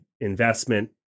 investment